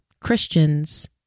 Christians